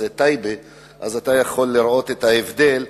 אתה יכול לראות את ההבדל.